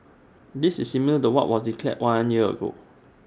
this is similar to what was declared one year ago